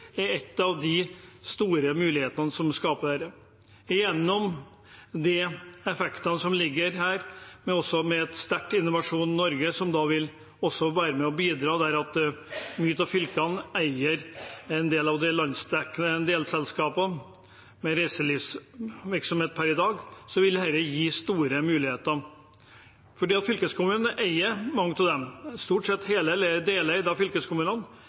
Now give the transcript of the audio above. med et sterkt Innovasjon Norge som også vil være med og bidra, og der mange fylker eier en del av de landsdekkende delselskapene innen reiselivsvirksomhet per i dag, vil dette gi store muligheter, for fylkeskommunene eier mange av dem. Stort sett er de hel- eller deleid av